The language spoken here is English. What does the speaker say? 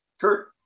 Kurt